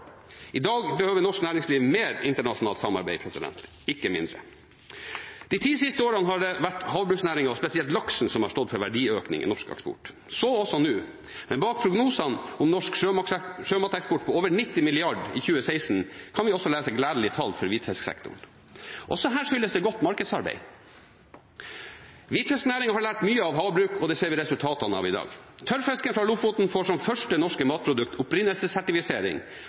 I dag behøver norsk næringsliv mer internasjonalt samarbeid, ikke mindre. De ti siste årene har det vært havbruksnæringen og spesielt laksen som har stått for verdiøkningen i norsk eksport, så også nå. Men bak prognosene om norsk sjømateksport på over 90 mrd. kr i 2016 kan vi også lese gledelige tall for hvitfisksektoren. Også her skyldes det godt markedsarbeid. Hvitfisknæringen har lært mye av havbruk, og det ser vi resultatene av i dag. Tørrfisken fra Lofoten får som første norske matprodukt